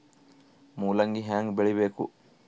ಮೂಲಂಗಿ ಹ್ಯಾಂಗ ಬೆಳಿಬೇಕು?